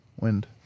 Wind